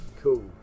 Cool